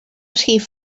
rhif